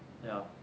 ya